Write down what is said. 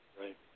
Right